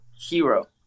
hero